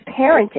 parenting